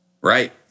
Right